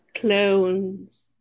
Clones